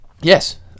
Yes